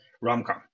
rom-com